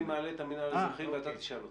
אני מעלה את המינהל האזרחי ואתה תשאל אותו.